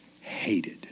hated